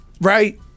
right